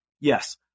yes